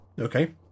Okay